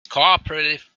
cooperative